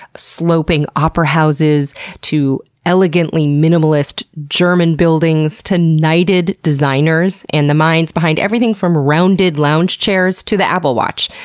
sloping opera houses to elegantly minimalist german buildings, to knighted designers, and the minds behind everything from rounded lounge chairs to the apple watch.